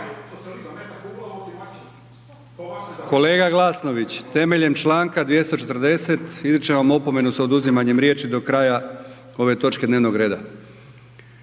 Kolega Glasnović, temeljem članka 240. izričem vam opomenu sa oduzimanjem riječi do kraja ove točke dnevnog reda.